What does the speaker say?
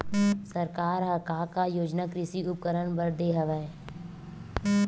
सरकार ह का का योजना कृषि उपकरण बर दे हवय?